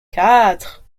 quatre